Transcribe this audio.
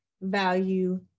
value